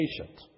patient